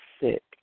sick